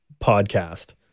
podcast